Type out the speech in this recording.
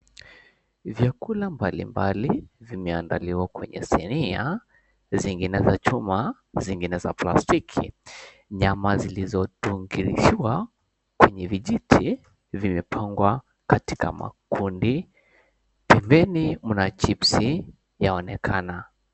Vyakula mbali mbali vimeandaliwa kwenye sinia zingine za chuma zingine za plastiki. Nyama zilizodungishiwa kwenye vijiti vimepangwa katika makundi. Pembeni mna chips yaonekana.